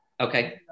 Okay